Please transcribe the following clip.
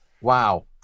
Wow